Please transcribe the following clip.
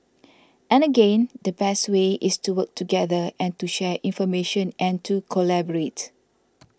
and again the best way is to work together and to share information and to collaborate